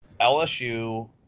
LSU